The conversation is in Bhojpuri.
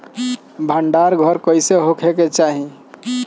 भंडार घर कईसे होखे के चाही?